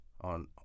on